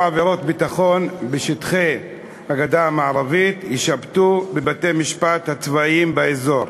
עבירות ביטחון בשטחי הגדה המערבית יישפטו בבתי-המשפט הצבאיים באזור,